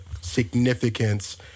significance